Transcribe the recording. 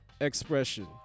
expression